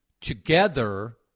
together